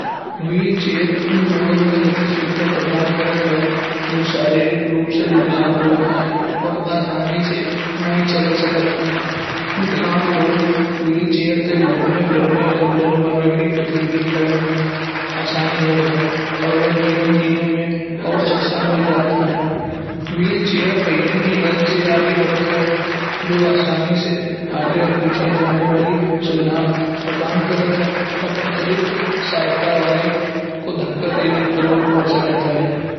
व्हीलचेयर उन लोगों का गतिशीलता प्रदान करत है। जो शारीरिक रूप से विकलांग होता है और आसानी से नहीं चल सकत है। विकलांग लोग व्हीलचेयरते घूमने फिरने और रोज़मर्रा की गतिविधिकरण में आसान होत है। और वह जीवन जीने में और सक्षम हुई जात हैं। व्हीलचेयर पहियों की मदद से आगे बढ़त है जो आसानी से आगे और पीछे जाने वाली सुविधा प्रदान करत है। और अतिरिक्त सहायता वाले को धक्का देने की जरूरत पड़ सकत है।